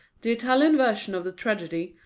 the italian version of the tragedy,